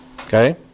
Okay